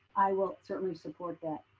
i will certainly support that.